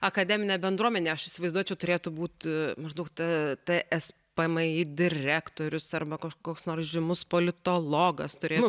akademine bendruomene aš įsivaizduočiau turėtų būt maždaug ta tspmi direktorius arba koks nors žymus politologas turėtų